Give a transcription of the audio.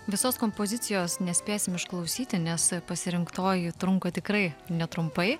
visos kompozicijos nespėsim išklausyti nes pasirinktoji trunka tikrai netrumpai